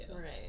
Right